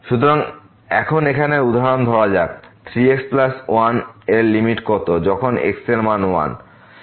সুতরাং এখানে এখন এই উদাহরণ ধরা যাক 3x 1 এর লিমিট কত যখন x এর মান 1